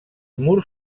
murs